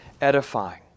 edifying